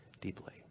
deeply